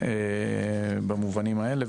במובנים האלו,